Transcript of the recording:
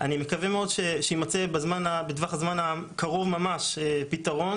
אני מקווה מאוד שבטווח הזמן הקרוב ממש יימצא פתרון